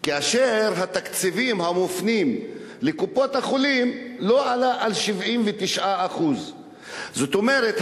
כאשר התקציבים המופנים לקופות-החולים לא עלו על 79%. זאת אומרת,